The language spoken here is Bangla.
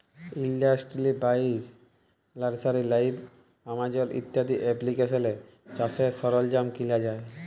ইলডাস্টিরি বাইশ, লার্সারি লাইভ, আমাজল ইত্যাদি এপ্লিকেশলে চাষের সরল্জাম কিলা যায়